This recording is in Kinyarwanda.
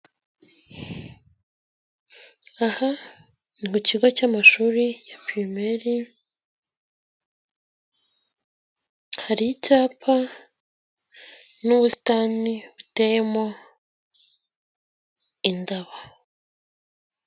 Aha ni ku kigo cy'amashuri ya pirimeri, hari icyapa n'ubusitani buteyemo indabo.